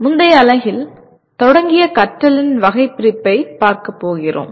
முந்தைய அலகில் தொடங்கிய கற்றலின் வகைபிரிப்பைப் பார்க்கப் போகிறோம்